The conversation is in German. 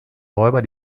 räuber